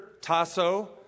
tasso